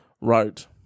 wrote